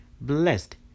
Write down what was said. blessed